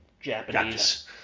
Japanese